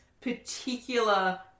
particular